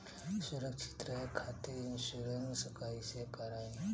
सुरक्षित रहे खातीर इन्शुरन्स कईसे करायी?